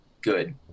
good